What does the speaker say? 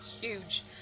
huge